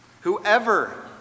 Whoever